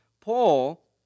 Paul